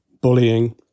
bullying